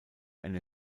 eine